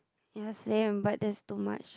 ya same but that's too much